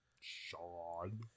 Sean